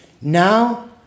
Now